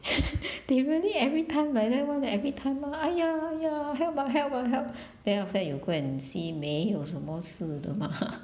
they really everytime like that [one] eh everytime ah !aiya! !aiya! help ah help ah help then after that you go and see 没有什么事的 mah